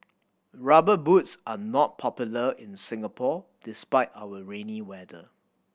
Rubber Boots are not popular in Singapore despite our rainy weather